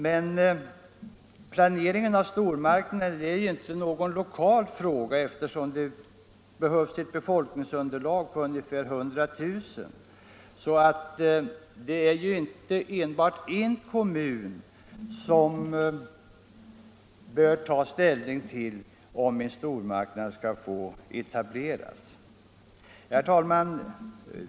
Men planeringen av stormarknader är ju inte någon lokal fråga, eftersom det för en sådan behövs ett befolkningsunderlag på ungefär 100 000 personer. Det är alltså inte bara en enda kommun som bör ta ställning till om en stormarknad skall få etableras. Herr talman!